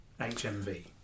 HMV